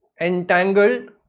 entangled